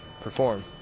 perform